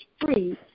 free